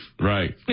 Right